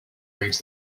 reads